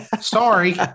Sorry